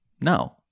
no